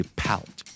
pout